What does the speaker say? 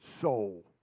soul